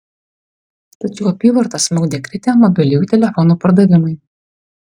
tačiau apyvartą smukdė kritę mobiliųjų telefonų pardavimai